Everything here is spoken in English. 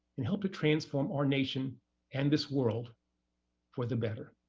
and help to transform our nation and this world for the better.